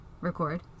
record